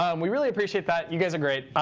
um we really appreciate that. you guys are great.